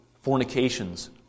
fornications